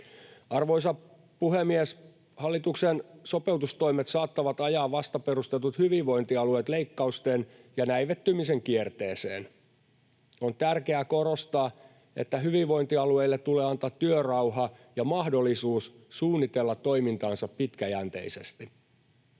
Arvoisa puhemies! Hallituksen sopeutustoimet saattavat ajaa vasta perustetut hyvinvointialueet leikkausten ja näivettymisen kierteeseen. On tärkeää korostaa, että hyvinvointialueille tulee antaa työrauha ja mahdollisuus suunnitella toimintaansa pitkäjänteisesti.